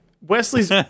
Wesley's